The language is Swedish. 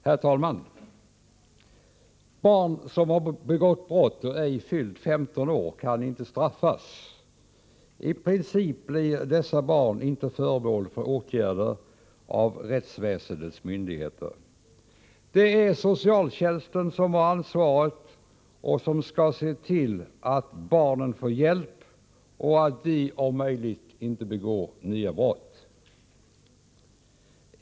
Herr talman! Barn som har begått brott och ej fyllt 15 år kan inte straffas. I princip blir de inte föremål för åtgärder av rättsväsendets myndigheter. Det är socialtjänsten som har ansvaret och som skall se till att dessa barn får hjälp och att de om möjligt inte begår nya brott.